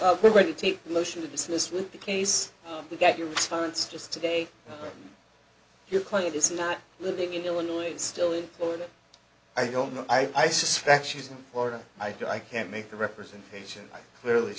the motion to dismiss with the case to get your response just to date your client is now living in illinois still in florida i don't know i suspect she's in florida i can't make the representation clearly